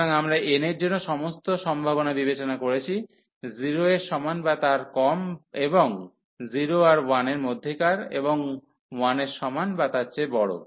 সুতরাং আমরা n এর জন্য সমস্ত সম্ভাবনা বিবেচনা করেছি 0 এর সমান বা তার কম এবং 0 আর 1 এর মধ্যেকার এবং 1 এর সমান বা তার চেয়ে বড়